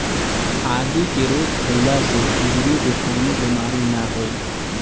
आदि के रोज खइला से किडनी के कवनो बीमारी ना होई